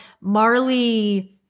Marley